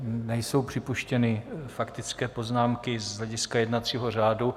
Nejsou připuštěny faktické poznámky z hlediska jednacího řádu.